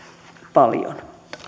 paljon